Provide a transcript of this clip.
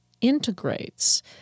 integrates